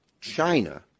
China